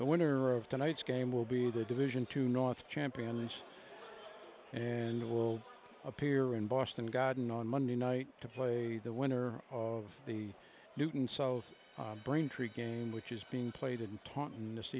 the winner of tonight's game will be the division two north champions and will appear in boston garden on monday night to play the winner of the newton south braintree game which is being played in taunton this